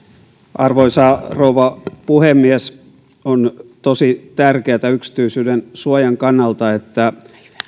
arvoisa rouva puhemies on tosi tärkeätä yksityisyydensuojan kannalta että